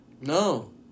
No